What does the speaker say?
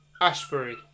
Ashbury